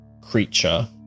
creature